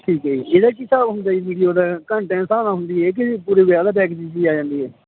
ਠੀਕ ਹੈ ਜੀ ਇਹਦਾ ਕੀ ਹਿਸਾਬ ਹੁੰਦਾ ਜੀ ਵੀਡੀਓ ਦਾ ਘੰਟਿਆਂ ਦੇ ਹਿਸਾਬ ਨਾਲ ਹੁੰਦੀ ਹੈ ਕਿ ਪੂਰੇ ਵਿਆਹ ਦਾ ਪੈਕੇਜ 'ਚ ਹੀ ਆ ਜਾਂਦੀ ਹੈ